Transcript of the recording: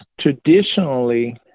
traditionally